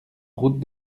route